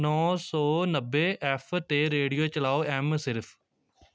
ਨੌ ਸੌ ਨੱਬੇ ਐੱਫ 'ਤੇ ਰੇਡੀਓ ਚਲਾਓ ਐੱਮ ਸਿਰਫ